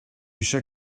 eisiau